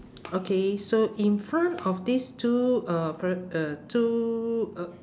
okay so in front of these two uh per~ uh two uh